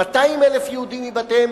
200,000 יהודים מבתיהם.